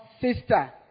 sister